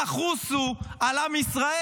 תחוסו על עם ישראל.